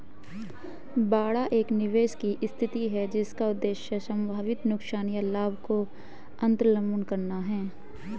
बाड़ा एक निवेश की स्थिति है जिसका उद्देश्य संभावित नुकसान या लाभ को अन्तर्लम्ब करना है